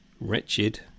Wretched